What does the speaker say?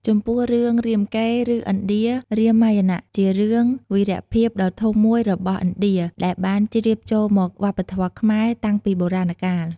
ចំពោះ រឿង រាមកេរ្តិ៍ ឬឥណ្ឌា រាមាយណៈ ជារឿងវីរភាពដ៏ធំមួយរបស់ឥណ្ឌាដែលបានជ្រាបចូលមកវប្បធម៌ខ្មែរតាំងពីបុរាណកាល។